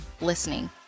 listening